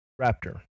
Raptor